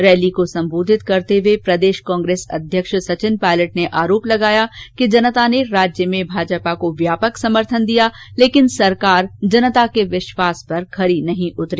rally को सम्बोधित करते हुए प्रदेश कांग्रेस अध्यक्ष सचिन पायलट ने आरोप लगाया कि जनता ने राज्य में भाजपा को व्यापक समर्थन दिया लेकिन सरकार जनता के विश्वास पर खरी नहीं उतरी